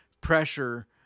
pressure